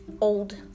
old